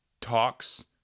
talks